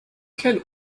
can